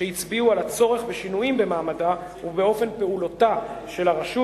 שהצביעו על הצורך בשינויים במעמדה ובאופן פעולתה של הרשות,